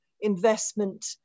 investment